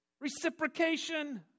reciprocation